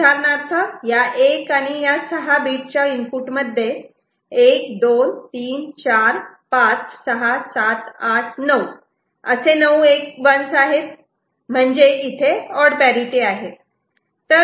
उदाहरणार्थ या 1 या6 बीट च्या इनपुट मध्ये हे 1 2 3 4 5 6 7 8 9 असे नऊ 1's आहे म्हणजे इथे ऑड पॅरिटि आहे